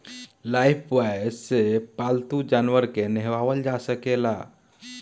Lifebuoy से पाल्तू जानवर के नेहावल जा सकेला